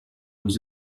was